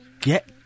Get